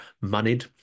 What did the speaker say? moneyed